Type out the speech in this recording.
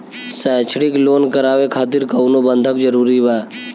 शैक्षणिक लोन करावे खातिर कउनो बंधक जरूरी बा?